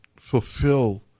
fulfill